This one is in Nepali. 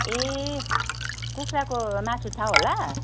ए कुखुराको मासु छ होला